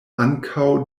ankaŭ